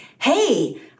hey